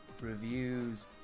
reviews